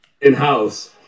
...in-house